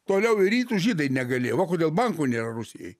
toliau į rytus žydai negalėjo va kodėl bankų nėra rusijai